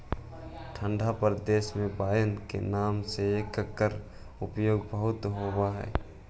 ठण्ढा प्रदेश में वाइन के नाम से एकर उपयोग बहुतायत होवऽ हइ